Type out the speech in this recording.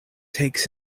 takes